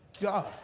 God